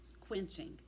quenching